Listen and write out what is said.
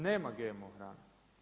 Nema GMO hrane.